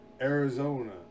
arizona